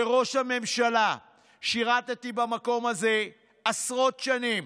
לראש הממשלה: שירתי במקום הזה עשרות שנים,